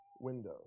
window